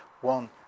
one